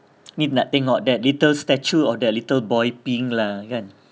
ni nak tengok that little statue of that little boy peeing lah kan